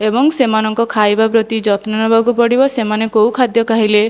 ଏବଂ ସେମାନଙ୍କ ଖାଇବା ପ୍ରତି ଯତ୍ନ ନେବାକୁ ପଡ଼ିବ ସେମାନେ କେଉଁ ଖାଦ୍ୟ ଖାଇଲେ